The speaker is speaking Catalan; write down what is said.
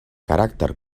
caràcter